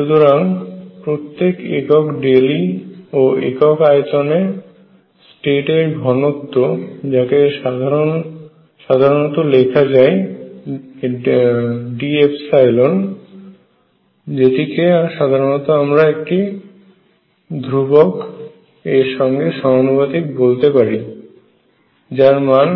সুতরাং প্রত্যেক একক ΔE ও একক আয়তনে স্টেট এর ঘনত্ব যাকে সাধারণত লেখা যায় Dϵ যেটিকে সাধারণত আমরা একটি ধ্রুবক এর সঙ্গে সমানুপাতিক বলতে পারি যার মান